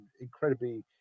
incredibly